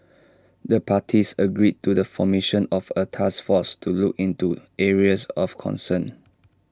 the parties agreed to the formation of A task force to look into areas of concern